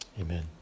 Amen